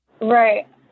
Right